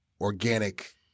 organic